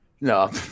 No